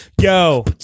Yo